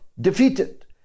defeated